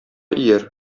ияр